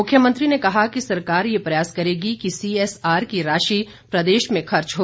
मुख्यमंत्री ने कहा कि सरकार यह प्रयास करेगी कि सीएसआर की राशि प्रदेश में खर्च हो